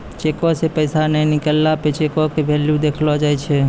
चेको से पैसा नै निकलला पे चेको के भेल्यू देखलो जाय छै